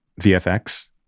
VFX